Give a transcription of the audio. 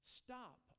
stop